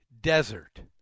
desert